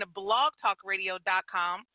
blogtalkradio.com